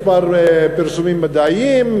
מספר הפרסומים המדעיים,